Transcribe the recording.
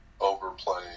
overplaying